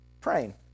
praying